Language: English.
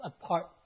apart